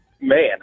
Man